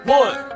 one